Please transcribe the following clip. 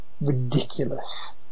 ridiculous